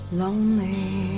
lonely